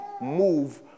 move